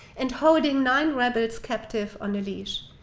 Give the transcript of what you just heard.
and holding nine rebels captive on a leash.